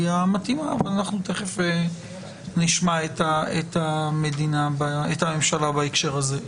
היא המתאימה אבל אנחנו תכף נשמע את הממשלה בהקשר הזה.